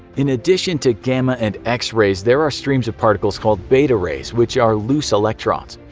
in addition to gamma and x-rays, there are streams of particles called beta rays, which are loose electrons.